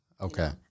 Okay